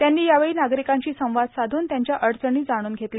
त्यांनी यावेळी नागरिकांशी संवाद साधून त्यांच्या अडचणी जाणून घेतल्या